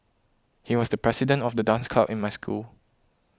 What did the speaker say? he was the president of the dance club in my school